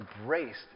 embraced